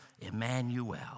Emmanuel